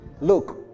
Look